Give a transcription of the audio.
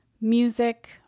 music